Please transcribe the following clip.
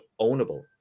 ownable